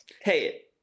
Hey